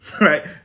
right